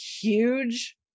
huge